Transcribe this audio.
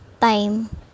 time